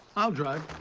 i'll drive.